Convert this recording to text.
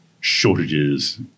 shortages